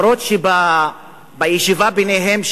גם אם בישיבה ביניהם,